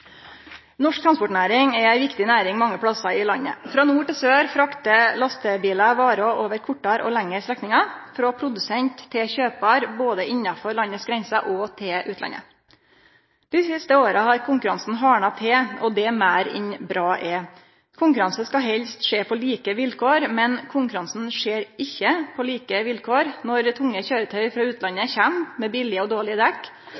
Norsk transportnæring er ei viktig næring mange plassar i landet. Frå nord til sør fraktar lastebilar varer over kortare og lengre strekningar, frå produsent til kjøpar både innanfor landets grenser og til utlandet. Dei siste åra har konkurransen hardna til, og det meir enn bra er. Konkurransen skal helst skje på like vilkår, men konkurransen skjer ikkje på like vilkår når tunge køyretøy frå utlandet kjem med billege og dårlege dekk,